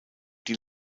die